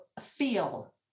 feel